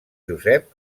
josep